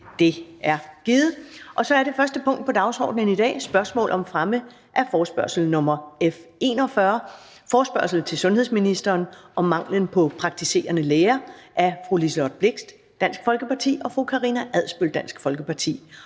Det er givet. --- Det første punkt på dagsordenen er: 1) Spørgsmål om fremme af forespørgsel nr. F 41: Forespørgsel til sundhedsministeren om manglen på praktiserende læger. Af Liselott Blixt (DF) og Karina Adsbøl (DF).